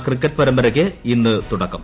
cricket പരമ്പരയ്ക്ക് ഇന്ന് തുടക്കം